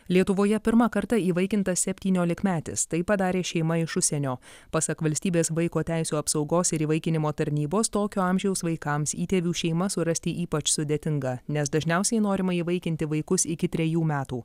lietuvoje pirmą kartą įvaikintas septyniolikmetis tai padarė šeima iš užsienio pasak valstybės vaiko teisių apsaugos ir įvaikinimo tarnybos tokio amžiaus vaikams įtėvių šeimą surasti ypač sudėtinga nes dažniausiai norima įvaikinti vaikus iki trejų metų